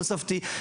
תוספתי,